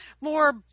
more